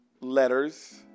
letters